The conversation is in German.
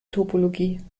topologie